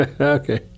Okay